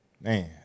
Man